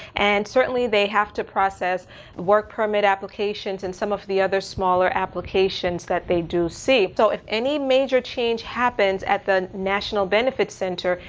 and certainly they have to process work permit applications, and some of the other smaller applications that they do see. so if any major change happens at the national benefit center,